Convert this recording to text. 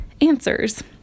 answers